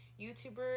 youtuber